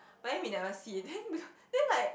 but then we never see then because then like